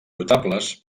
notables